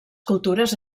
cultures